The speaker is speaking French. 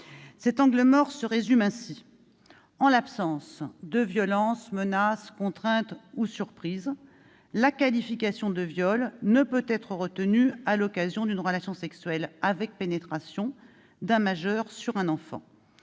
Cet angle mort se résume ainsi : en l'absence de violence, menace, contrainte ou surprise, la qualification de viol ne peut être retenue à l'occasion d'une relation sexuelle avec pénétration d'un majeur sur un enfant,